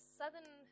southern